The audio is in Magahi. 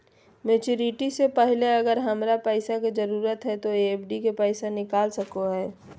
मैच्यूरिटी से पहले अगर हमरा पैसा के जरूरत है तो एफडी के पैसा निकल सको है?